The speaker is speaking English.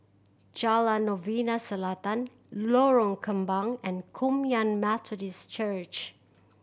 Jalan Novena Selatan Lorong Kembang and Kum Yan Methodist Church